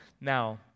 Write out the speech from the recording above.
now